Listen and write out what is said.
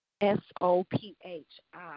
S-O-P-H-I